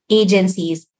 agencies